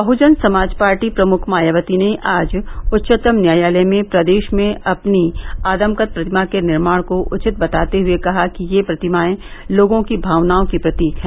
Bahujan Samaj party प्रमुख मायावती ने आज उच्चतम न्यायालय में प्रदेश में अपनी आदमकद प्रतिमा के निर्माण को उचित बताते हए कहा कि ये प्रतिमाएं लोगों की भावनाओं की प्रतीक है